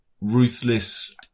ruthless